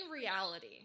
reality